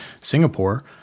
Singapore